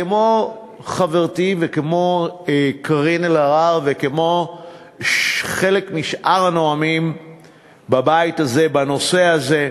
כמו חברתי קארין אלהרר וכמו חלק משאר הנואמים בבית הזה בנושא הזה,